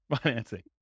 financing